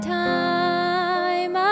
time